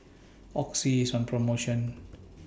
Oxy IS on promotion